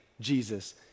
Jesus